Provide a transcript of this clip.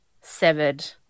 severed